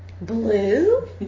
Blue